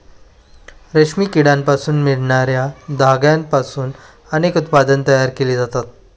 रेशमी किड्यांपासून मिळणार्या धाग्यांपासून अनेक उत्पादने तयार केली जातात